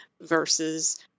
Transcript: versus